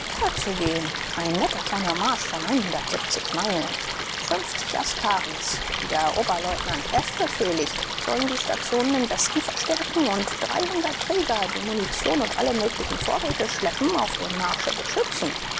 zu gehen ein netter kleiner marsch von meilen fünfzig askaris die der oberleutnant f befehligt sollen die stationen im westen verstärken und träger die munition und alle möglichen vorräte schleppen auf dem marsche beschützen